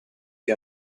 che